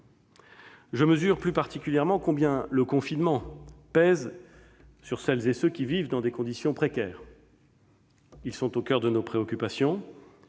Je mesure plus particulièrement combien le confinement pèse sur celles et ceux qui vivent dans des conditions précaires : ils sont au coeur de nos préoccupations.